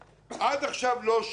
עד עכשיו לא שילמנו,